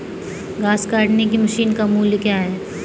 घास काटने की मशीन का मूल्य क्या है?